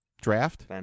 draft